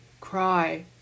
cry